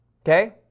Okay